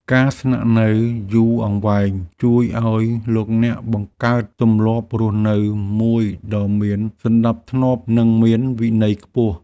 ការស្នាក់នៅយូរអង្វែងជួយឱ្យលោកអ្នកបង្កើតទម្លាប់រស់នៅមួយដ៏មានសណ្ដាប់ធ្នាប់និងមានវិន័យខ្ពស់។